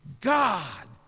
God